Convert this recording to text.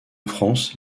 france